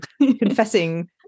confessing